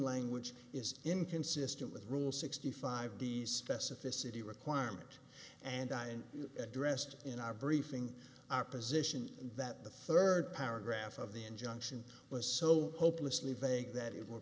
language is inconsistent with rule sixty five the specificity requirement and i addressed in our briefing our position that the third paragraph of the injunction was so hopelessly think that